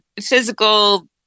physical